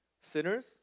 sinners